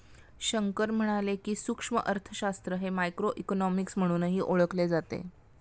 शंकर म्हणाले की, सूक्ष्म अर्थशास्त्र हे मायक्रोइकॉनॉमिक्स म्हणूनही ओळखले जाते